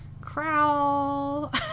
crowl